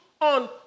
on